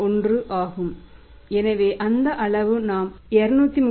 31 ஆகும் எனவே அந்த அளவு நாம் 231